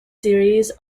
series